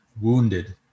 wounded